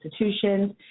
institutions